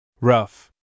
rough